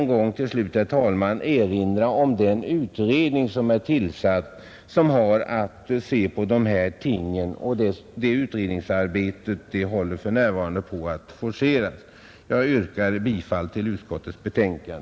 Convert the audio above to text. Jag vill till slut än en gång erinra om den utredning som är tillsatt och som har att se på dessa frågor. Det utredningsarbetet håller för närvarande på att forceras. Jag yrkar bifall till utskottets hemställan.